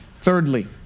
Thirdly